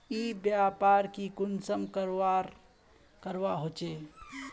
ई व्यापार की कुंसम करवार करवा होचे?